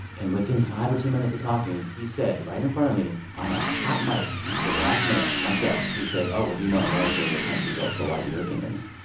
and within five or ten minutes of talking, he said right in front of me on um a hot mic to a black man myself he said, oh, well, do you know america is a country built for white europeans?